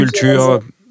Culture